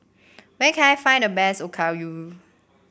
where can I find the best Okayu